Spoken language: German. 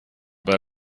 bei